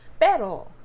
Pero